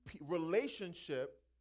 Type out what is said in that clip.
relationship